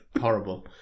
horrible